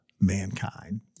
mankind